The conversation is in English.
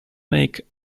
make